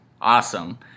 Awesome